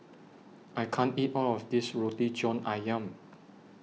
I can't eat All of This Roti John Ayam